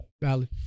valid